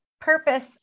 purpose